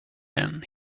then